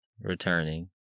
returning